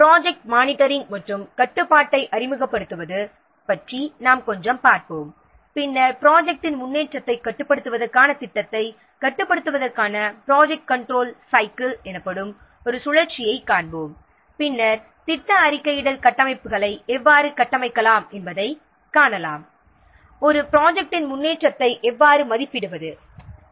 project monitoring மற்றும் கட்டுப்பாட்டை அறிமுகப்படுத்துவது பற்றி நாம் சிறிது பார்ப்போம் பின்னர் ப்ராஜெக்ட்டின் முன்னேற்றத்தைக் கட்டுப்படுத்துவதற்கான ப்ராஜெக்ட் கன்ட்ரோல் சைக்கிள் எனப்படும் ஒரு சுழற்சியைக் காண்போம் பின்னர் ப்ராஜெக்ட் அறிக்கையிடல் கட்டமைப்புகளை எவ்வாறு அறிவிக்கலாம் மற்றும் ஒரு ப்ராஜெக்ட்டின் முன்னேற்றத்தை எவ்வாறு மதிப்பிடுவது என காணலாம்